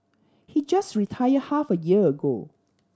he just retired half a year ago